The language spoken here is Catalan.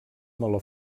meló